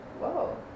Whoa